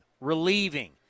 relieving